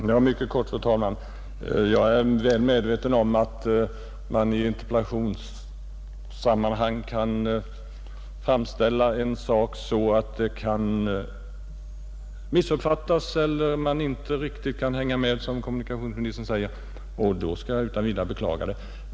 Fru talman! Jag är medveten om att en sak i interpellationssammanhang kan framställas så att den missuppfattas — eller att man inte riktigt kan hänga med, som kommunikationsministern sade. Jag beklagar utan vidare om det har blivit så i det här fallet.